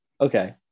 Okay